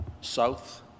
south